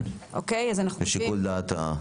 כן, לשיקול דעת.